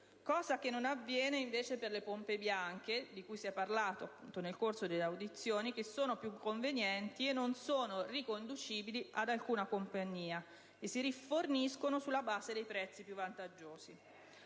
cosa che non avviene, invece, per le «pompe bianche» di cui si è parlato nel corso delle audizioni, che sono più convenienti e non sono riconducibili ad alcuna compagnia, e si riforniscono sulla base dei prezzi più vantaggiosi.